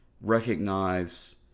recognize